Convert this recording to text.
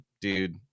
dude